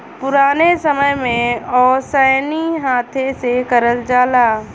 पुराने समय में ओसैनी हाथे से करल जाला